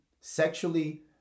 sexually